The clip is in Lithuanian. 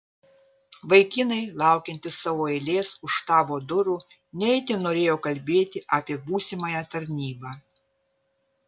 vaikinai laukiantys savo eilės už štabo durų ne itin norėjo kalbėti apie būsimąją tarnybą